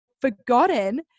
forgotten